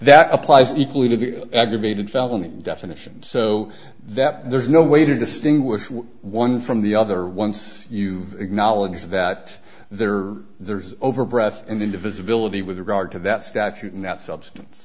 that applies equally to aggravated felony definition so that there's no way to distinguish one from the other once you acknowledge that there are there's over breath and indivisibility with regard to that statute in that substance